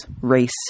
race